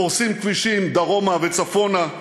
פורסים כבישים דרומה וצפונה,